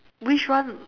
which one